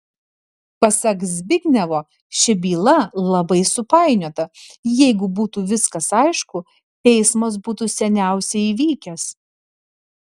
pasak zbignevo ši byla labai supainiota jeigu būtų viskas aišku teismas būtų seniausiai įvykęs